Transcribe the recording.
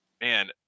man